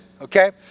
Okay